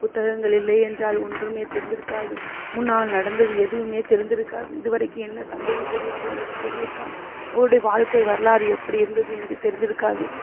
புத்தகங்கள் இல்லை என்றால் ஒன்றுமே தெரிந்திருக்காது முன்னால் நடந்தது எதுவுமே தெரிந்திருக்காது இது வரைக்கும் என்ன சம்பவித்தது என்று எழு தெரிந்திருக்காது அவர்களுடைய வாழ்க்கை வரலாறு எப்படி இருந்தது என்று தெரிந்திருக்காது